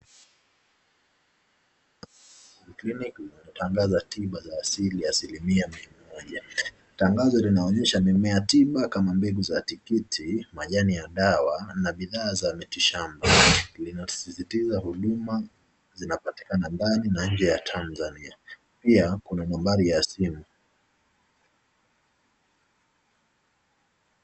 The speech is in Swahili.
Clinic tangaza tiba za asili asilimia mia moja. Tangazo linaonyesha mimea tiba kama mbegu za tikiti, majani ya dawa na bidhaa za mitishamba. Linasisitiza huduma zinapatikana ndani na nje ya Tanzania. Pia kuna nambari ya simu.